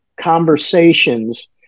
conversations